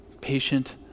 patient